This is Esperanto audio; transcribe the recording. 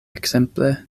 ekzemple